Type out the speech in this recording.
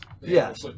Yes